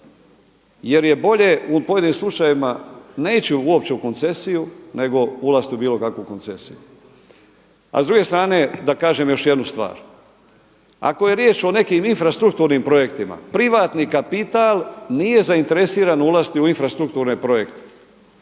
jer je bolje u pojedinim slučajevima ne ići uopće u koncesiju nego ulaziti u bilo kakvu koncesiju. A s druge strane da kažem još jednu stvar. Ako je riječ o nekim infrastrukturnim projektima privatni kapital nije zainteresiran ulaziti u infrastrukturne projekte.